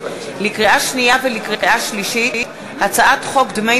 לקריאה שנייה ולקריאה שלישית: הצעת חוק דמי